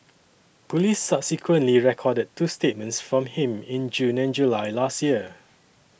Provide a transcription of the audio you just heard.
police subsequently recorded two statements from him in June and July last year